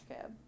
Cab